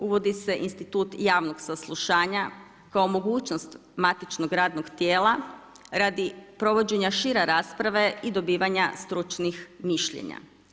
Uvodi se institut javnog saslušanja kao mogućnost matičnog radnog tijela radi provođenja šire rasprave i dobivanja stručnih mišljenja.